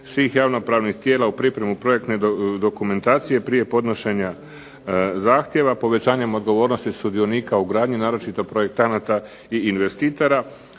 svih javnopravnih tijela u pripremu projektne dokumentacije prije podnošenja zahtjeva povećanjem odgovornosti sudionika u gradnji naročito projektanata i investitora